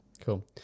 Cool